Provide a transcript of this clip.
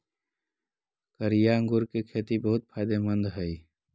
कारिया अंगूर के खेती बहुत फायदेमंद हई